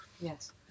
Yes